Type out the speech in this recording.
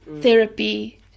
therapy